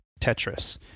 tetris